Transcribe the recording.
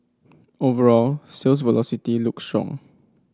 overall sales velocity look strong